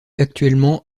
actuellement